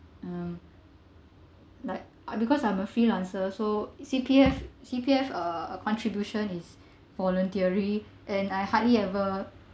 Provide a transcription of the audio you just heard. um like I because I'm a freelancer so C_P_F C_P_F uh contribution is voluntary and I hardly ever